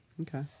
Okay